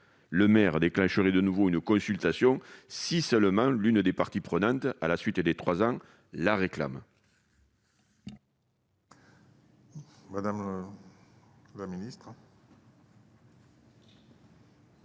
Le maire déclencherait de nouveau une consultation si seulement l'une des parties prenantes la réclamait à la suite des trois ans. La parole